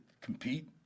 compete